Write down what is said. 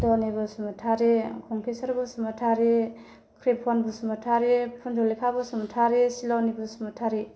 दनि बसुमाथारी खंनकेसर बसुमाथारी क्रिफन बसुमाथारी फुनजुलिका बसुमाथारी सिलनि बसुमाथारी